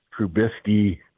Trubisky